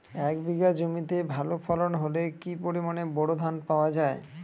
এক বিঘা জমিতে ভালো ফলন হলে কি পরিমাণ বোরো ধান পাওয়া যায়?